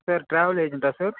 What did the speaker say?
travel ஏஜெண்டா sir